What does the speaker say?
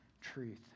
truth